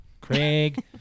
craig